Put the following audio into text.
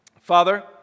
Father